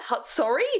sorry